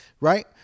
Right